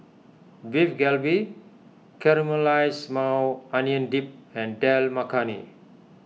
Beef Galbi Caramelized Maui Onion Dip and Dal Makhani